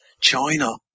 China